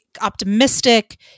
optimistic